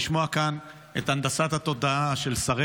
לשמוע כאן את "הנדסת התודעה" של שרי